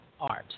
Art